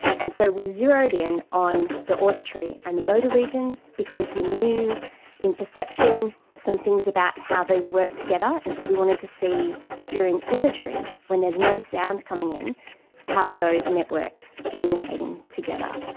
and so we zeroed in on the auditory and the motor regions because we knew in perception some things about how they work together, and so we wanted to see during imagery when there is no sound coming in how are those networks communicating together.